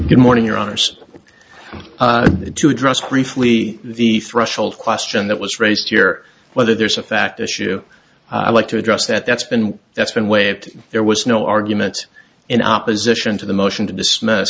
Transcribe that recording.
good morning your honour's to address briefly the threshold question that was raised here whether there's a fact issue i'd like to address that that's been that's been waived there was no arguments in opposition to the motion to dismiss